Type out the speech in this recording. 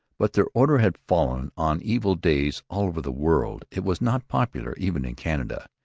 but their order had fallen on evil days all over the world. it was not popular even in canada.